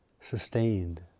sustained